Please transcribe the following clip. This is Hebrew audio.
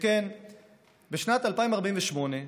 שכן בשנת 2048,